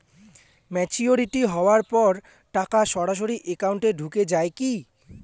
Maturity হওয়ার পর টাকা সরাসরি একাউন্ট এ ঢুকে য়ায় কি?